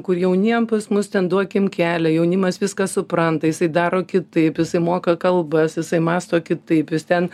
kur jauniem pas mus ten duokim kelią jaunimas viską supranta jisai daro kitaip jisai moka kalbas jisai mąsto kitaip jis ten